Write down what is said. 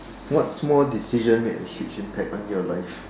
what small decision made a huge impact on your life